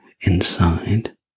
inside